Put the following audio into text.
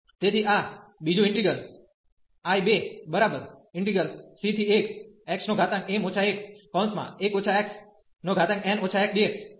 તેથી આ બીજો ઈન્ટિગ્રલ I2c1xm 11 xn 1dx છે